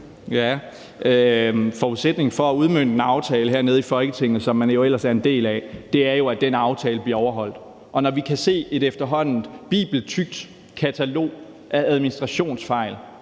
Forudsætningen for at udmønte en aftale her i Folketinget, som man ellers er en del af, er jo, at den aftale bliver overholdt. Vi kan efterhånden se et bibeltykt katalog af administrationsfejl